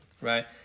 right